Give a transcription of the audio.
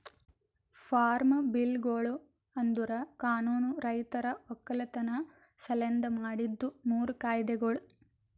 form ಬಿಲ್ಗೊಳು ಅಂದುರ್ ಕಾನೂನು ರೈತರ ಒಕ್ಕಲತನ ಸಲೆಂದ್ ಮಾಡಿದ್ದು ಮೂರು ಕಾಯ್ದೆಗೊಳ್